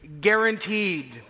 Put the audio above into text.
Guaranteed